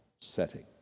setting